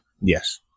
Yes